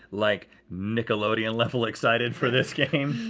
like nickelodeon level excited for this game?